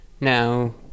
Now